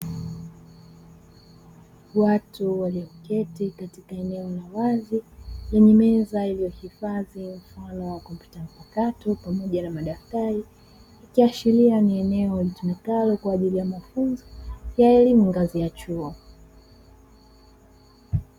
Watu walioketi katika eneo la wazi lenye meza iliyohifadhi mfano wa kompyuta mpakato pamoja na madaftari ikiashiria ni eneo litumikalo kwa ajili ya mafunzo ya elimu ngazi ya chuo.